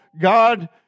God